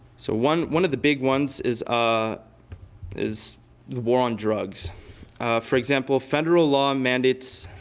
so one one of the big ones is ah is the war on drugs for example, federal law mandates